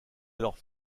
alors